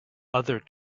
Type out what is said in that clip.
other